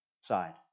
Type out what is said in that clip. side